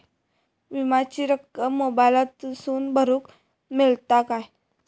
विमाची रक्कम मोबाईलातसून भरुक मेळता काय?